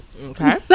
Okay